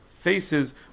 Faces